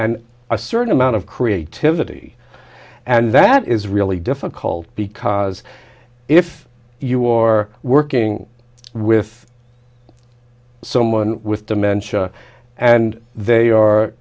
and a certain amount of creativity and that is really difficult because if you are working with someone with dementia and they are